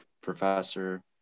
Professor